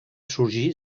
sorgir